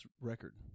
record